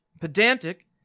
pedantic